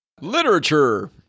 Literature